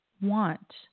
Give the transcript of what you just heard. want